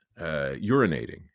urinating